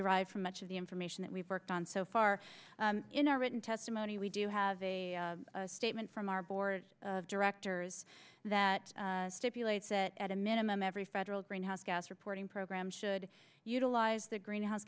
derived from much of the information that we've worked on so far in our written testimony we do have a statement from our board of directors that stipulates that at a minimum every federal greenhouse gas reporting program should utilize the greenhouse